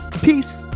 Peace